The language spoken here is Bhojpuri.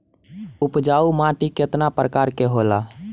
उपजाऊ माटी केतना प्रकार के होला?